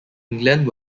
england